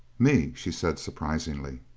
me, she said surprisingly.